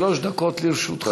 שלוש דקות לרשותך.